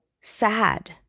sad